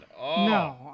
No